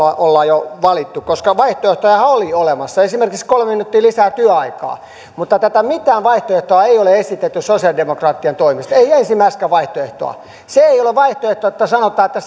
ollaan jo valittu koska vaihtoehtojahan oli olemassa esimerkiksi kolme minuuttia lisää työaikaa mutta mitään vaihtoehtoa ei ole esitetty sosialidemokraattien toimesta ei ensimmäistäkään vaihtoehtoa se ei ole vaihtoehto että sanotaan että